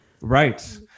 Right